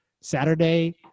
Saturday